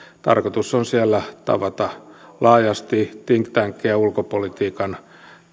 tarkoitus on siellä tavata laajasti think tankeja ulkopolitiikan